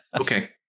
okay